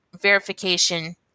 verification